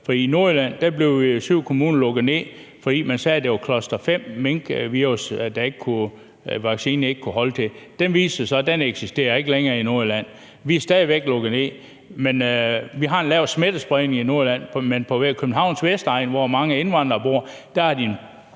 i Nordjylland blev syv kommuner lukket ned, fordi man sagde, at der var cluster-5, minkvirus, som vaccinen ikke kunne holde til. Det viste sig så, at den ikke længere eksisterer i Nordjylland. Vi er stadig væk lukket ned. Vi har en lav smittespredning i Nordjylland, men på Københavns vestegn, hvor mange indvandrere bor, har de